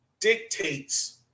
dictates